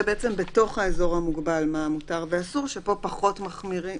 זה בעצם מה מותר ואסור בתוך האזור המוגבל.